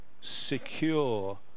secure